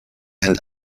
and